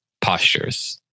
postures